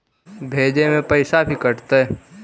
भेजे में पैसा भी कटतै?